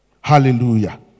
Hallelujah